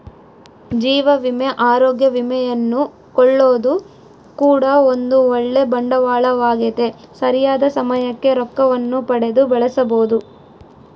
ಜೀವ ವಿಮೆ, ಅರೋಗ್ಯ ವಿಮೆಯನ್ನು ಕೊಳ್ಳೊದು ಕೂಡ ಒಂದು ಓಳ್ಳೆ ಬಂಡವಾಳವಾಗೆತೆ, ಸರಿಯಾದ ಸಮಯಕ್ಕೆ ರೊಕ್ಕವನ್ನು ಪಡೆದು ಬಳಸಬೊದು